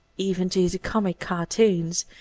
even to the comic cartoons,